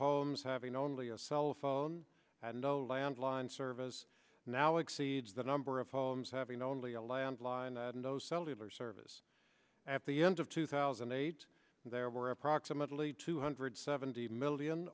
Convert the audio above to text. homes having only a cellphone and landline service now exceeds the number of homes having only a landline and no cellular service at the end of two thousand and eight there were approximately two hundred seventy million